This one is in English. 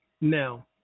Now